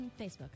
Facebook